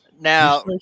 Now